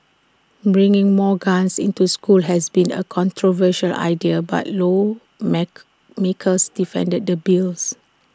bringing more guns into school has been A controversial idea but law make makers defended the bills